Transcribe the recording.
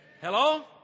Hello